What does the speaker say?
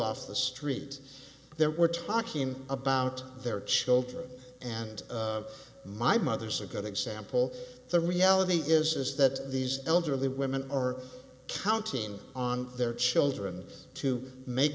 off the street that we're talking about their children and my mother's a good example the reality is is that these elderly women are counting on their children to make